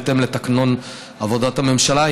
בהתאם לתקנון עבודת הממשלה,